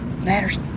matters